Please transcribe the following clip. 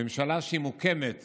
ממשלה שמוקמת